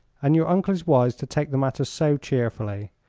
and your uncle is wise to take the matter so cheerfully.